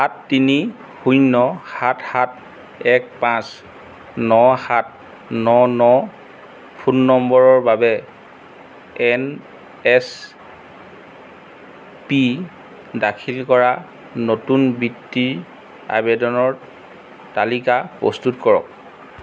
সাত তিনি শূন্য সাত সাত এক পাঁচ ন সাত ন ন ফোন নম্বৰৰ বাবে এন এছ পি দাখিল কৰা নতুন বৃত্তিৰ আবেদনৰ তালিকা প্ৰস্তুত কৰক